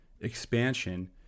expansion